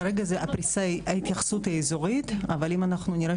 כרגע ההתייחסות היא אזורית אבל אם אנחנו נראה